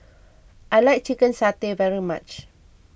I like Chicken Satay very much